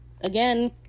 Again